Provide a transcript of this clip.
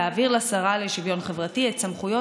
להעביר לשרה לשוויון חברתי את סמכויות